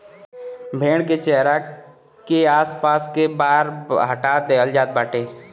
भेड़ के चेहरा के आस पास के बार हटा देहल जात बाटे